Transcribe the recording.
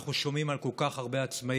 אנחנו שומעים על כל כך הרבה עצמאים,